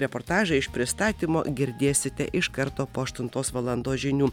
reportažą iš pristatymo girdėsite iš karto po aštuntos valandos žinių